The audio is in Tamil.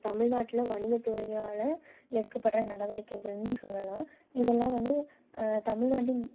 தமிழ்நாட்டுடில் வணிகத்துறையால் எடுக்கப்படுற நடவடிக்கைகள்னும் சொல்லலாம் இதெல்லாம் வந்து தமிழ்நாட்டின்